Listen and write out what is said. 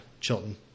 Chilton